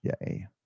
Yay